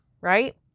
right